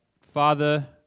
Father